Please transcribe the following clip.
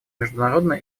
международно